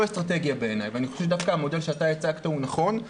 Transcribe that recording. אסטרטגיה בעיני ואני חושב שדווקא המודל שהצגת הוא נכון.